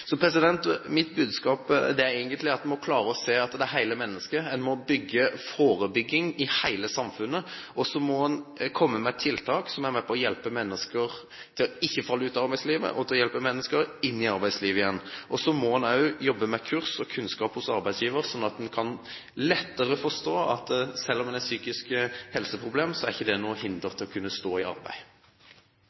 Mitt budskap er egentlig at en må klare å se hele mennesket. En må satse på forebygging i hele samfunnet, og en må komme med tiltak som er med på å hjelpe mennesker til ikke å falle ut av arbeidslivet, og hjelpe mennesker inn i arbeidslivet igjen. Så må en jobbe med kurs, og en må jobbe med kunnskap hos arbeidsgiver, slik at en lettere kan forstå at selv om en har et psykisk helseproblem, er ikke det noe til hinder for å kunne stå i arbeid.